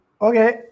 Okay